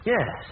Yes